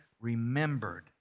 remembered